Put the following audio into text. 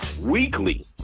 Weekly